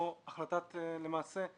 למעשה,